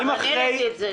אני העליתי את זה.